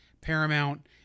Paramount